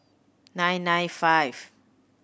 nine nine five